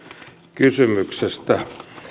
kysymyksestä